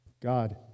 God